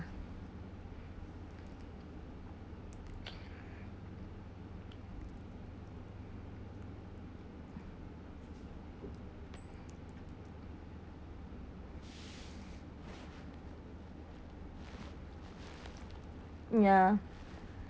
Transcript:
ya